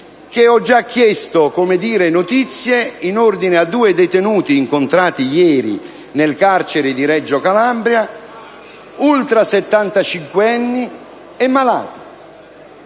che ho già chiesto notizie in ordine a due detenuti incontrati ieri nel carcere di Reggio Calabria, ultrasettantacinquenni e malati,